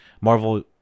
Marvel